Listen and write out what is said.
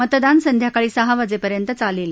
मतदान सांयकाळी सहा वाजेपर्यंत चालेल